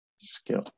skill